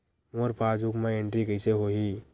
मोर passbook मा entry कइसे होही?